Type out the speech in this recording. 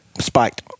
Spiked